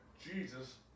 Jesus